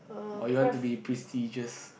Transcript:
or you want to be prestigious